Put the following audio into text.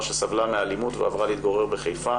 שסבלה מאלימות ועברה להתגורר בחיפה,